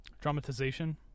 Dramatization